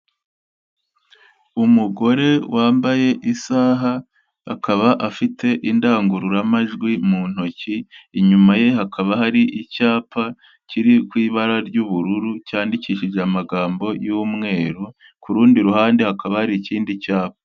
Umugore wambaye isaha akaba afite indangururamajwi mu ntoki, inyuma ye hakaba hari icyapa kiri ku ibara ry'ubururu cyandikishije amagambo y'umweru, ku rundi ruhande hakaba hari ikindi cyapa.